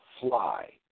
Fly